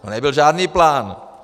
No nebyl žádný plán!